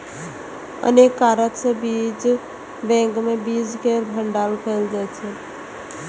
अनेक कारण सं बीज बैंक मे बीज केर भंडारण कैल जाइ छै